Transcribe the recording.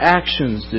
actions